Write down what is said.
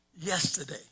yesterday